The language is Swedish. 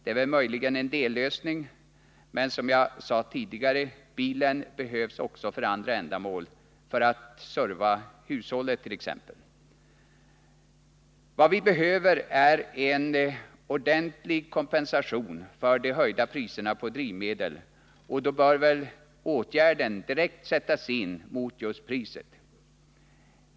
Det är möjligen en dellösning men, som jag sade tidigare, bilen behövs också för andra ändamål. Vad vi behöver är en ordentlig kompensation för de höjda priserna på drivmedel. Åtgärden bör direkt sättas in mot just priset.